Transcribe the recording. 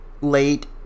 late